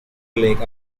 lake